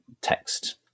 text